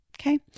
Okay